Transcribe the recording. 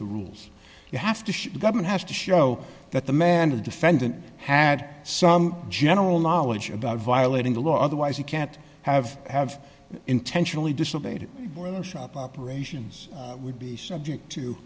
the rules you have to show the government has to show that the man defendant had some general knowledge about violating the law otherwise you can't have have intentionally disobeyed shop operations would be subject to